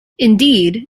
indeed